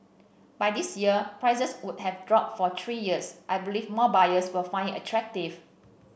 by this year prices would have dropped for three years I believe more buyers will find it attractive